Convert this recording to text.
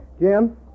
jim